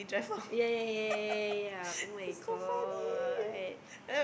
ya ya ya ya ya ya [oh]-my-god